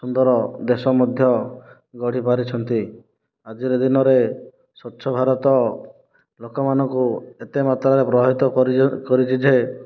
ସୁନ୍ଦର ଦେଶ ମଧ୍ୟ ଗଢ଼ି ପାରିଛନ୍ତି ଆଜିର ଦିନରେ ସ୍ଵଚ୍ଛ ଭାରତ ଲୋକମାନଙ୍କୁ ଏତେ ମାତ୍ରାରେ ପ୍ରଭାବିତ କରି କରିଛି ଯେ